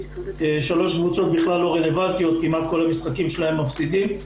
שלוש קבוצות בכלל לא רלבנטיות כמעט כל המשחקים שלהם מפסידים.